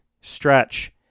Stretch